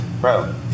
Bro